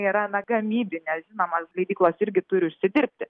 yra na gamybinė žinoma leidyklos irgi turi užsidirbti